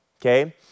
okay